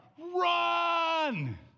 Run